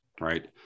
right